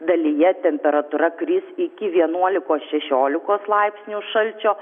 dalyje temperatūra kris iki vienuolikos šešiolikos laipsnių šalčio